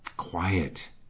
quiet